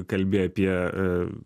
kalbi apie